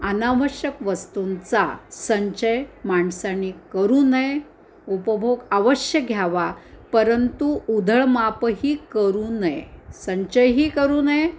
आनावश्यक वस्तूंचा संचय माणसाने करू नये उपभोग अवश्य घ्यावा परंतु उधळमाप ही करू नये संचयही करू नये